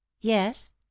yes